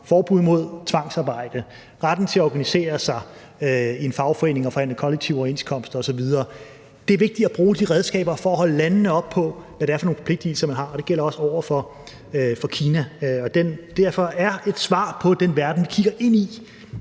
forbud mod tvangsarbejde, retten til at organisere sig i en fagforening og forhandle kollektive overenskomster osv. Det er vigtigt at bruge de redskaber for at holde landene op på, hvad det er for nogle forpligtigelser, man har, og det gælder også over for Kina. Kl. 20:46 Derfor er et svar på den verden, vi kigger ind i,